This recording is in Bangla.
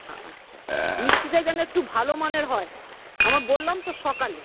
আচ্ছা মিষ্টিটা যেন একটু ভালো মানের হয় আমার বললাম তো সকালে